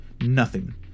Nothing